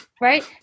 Right